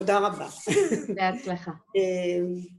‫תודה רבה. ‫-בהצלחה.